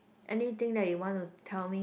anything that you want to tell me